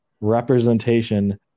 representation